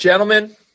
Gentlemen